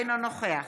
אינו נוכח